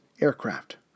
aircraft